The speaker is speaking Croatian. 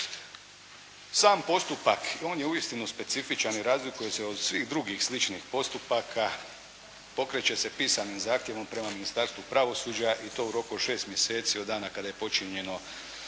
Sam postupak, on je uistinu specifičan i razliku je se od svih drugih sličnih postupaka. Pokreće se pisanim zahtjevom prema Ministarstvu pravosuđa i to u roku od 6 mjeseci od dana kada je počinjeno